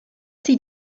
sie